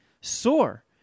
sore